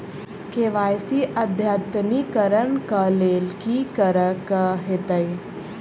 KYC अद्यतनीकरण कऽ लेल की करऽ कऽ हेतइ?